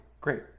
great